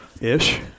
ish